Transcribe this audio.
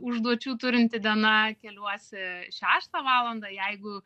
užduočių turinti diena keliuosi šeštą valandą jeigu